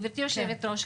גברתי יושבת הראש,